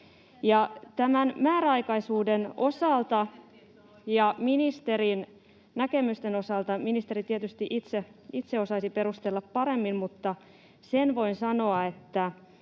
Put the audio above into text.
Tämän määräaikaisuuden osalta ja ministerin näkemysten osalta ministeri tietysti itse osaisi perustella paremmin, mutta sen voin sanoa, että